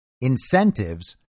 incentives